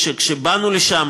שכשבאנו לשם,